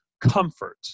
comfort